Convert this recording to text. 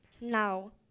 Now